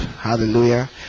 hallelujah